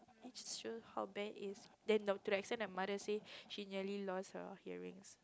this just show how bad is then doctor right send the mother say she nearly lost her hearings